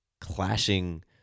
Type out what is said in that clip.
clashing